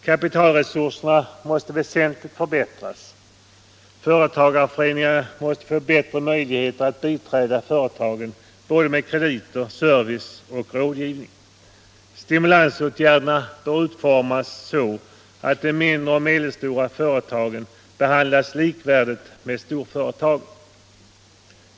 Kapitalresurserna måste väsentligt förbättras. Företagareföreningarna bör få bättre möjlighet att biträda företagen med krediter, service och rådgivning. Stimulansåtgärder bör utformas så att de mindre och medelstora företagen behandlas likvärdigt med storföretagen.